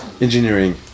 engineering